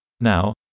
Now